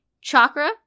Chakra